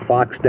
Fox